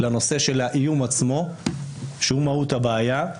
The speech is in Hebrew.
לנושא של האיום עצמו שהוא מהות הבעיה.